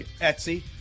Etsy